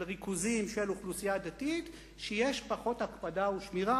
ריכוזים של אוכלוסייה דתית שיש פחות הקפדה ושמירה,